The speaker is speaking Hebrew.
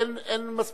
אין נשק,